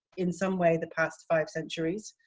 in some way, the past five centuries,